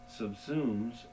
subsumes